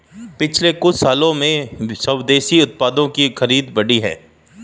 पिछले कुछ सालों में स्वदेशी उत्पादों की खरीद बढ़ी है